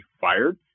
fired